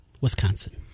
Wisconsin